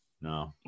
No